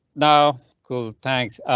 no cool thanks.